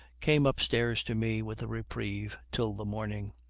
came upstairs to me with a reprieve till the morning.